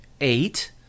eight